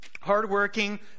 Hardworking